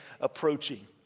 approaching